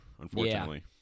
unfortunately